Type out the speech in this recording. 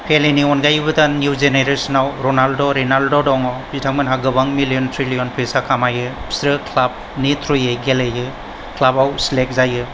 पेलेनि अनगायैबो दा निउ जेनेरेस'नाव रनालड' रेनालड' दङ' बिथंमोनहा गोबां मिलियन ट्रिलियन फैसा खामायो बिसोरो क्लाबनि थ्रयै गेलेयो क्लाबाव सेलेक्ट जायो